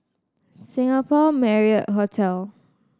Singapore Marriott Hotel